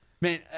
Man